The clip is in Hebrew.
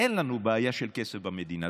אין לנו בעיה של כסף במדינה הזאת,